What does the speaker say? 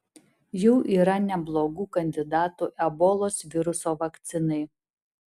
jau yra neblogų kandidatų ebolos viruso vakcinai